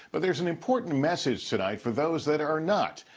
but there's an important message tonight for those that are are not.